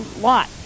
lot